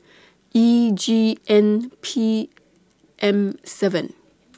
E G N P M seven